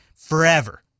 Forever